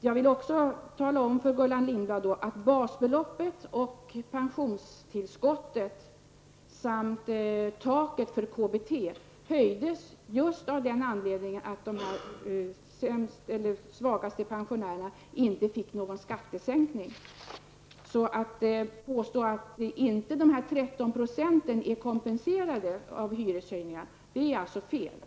Jag vill också tala om för Gullan Lindblad att basbeloppet, pensionstillskottet och taket för KBT höjdes just därför att de svagaste pensionärerna inte fick någon skattesänkning. Att påstå att de 13 % inte är kompenserade med hänsyn till hyreshöjningar är alltså felaktigt.